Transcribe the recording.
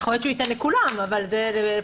יכול להיות שהוא ייתן לכולם, אבל זה לבחירתו.